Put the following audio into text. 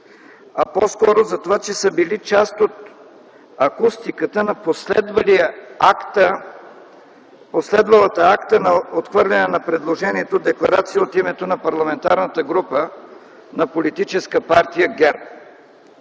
а по-скоро за това, че са били част от акустиката на последвалата акта на отхвърляне на предложението декларация от името на Парламентарната група на политическа партия ГЕРБ.